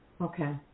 Okay